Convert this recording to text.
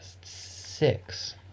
Six